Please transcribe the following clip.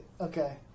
Okay